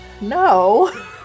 No